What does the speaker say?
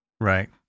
right